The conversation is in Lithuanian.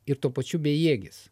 ir tuo pačiu bejėgis